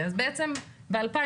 באת לפתור בעיה,